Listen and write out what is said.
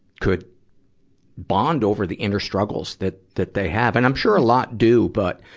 could bond over the inner struggles that, that they have. and i'm sure a lot do, but,